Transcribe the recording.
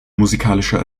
musikalischer